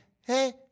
Hey